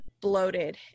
bloated